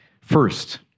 First